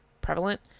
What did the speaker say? prevalent